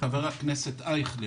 חבר הכנסת אייכלר,